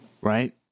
right